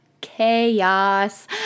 chaos